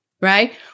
right